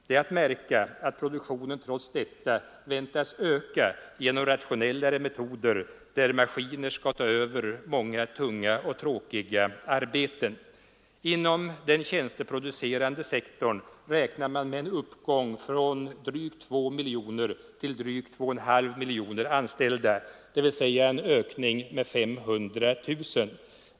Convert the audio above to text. Det är att märka att produktionen trots detta väntas öka genom rationellare metoder, där maskiner skall ta över många tunga och tråkiga arbeten. Inom den tjänsteproducerande sektorn räknar man med en uppgång från drygt 2 miljoner till drygt 2,5 miljoner anställda, dvs. en ökning med 500 000.